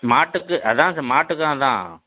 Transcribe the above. மாட்டுக்கு அதுதான் ச மாட்டுக்கும் அதுதான்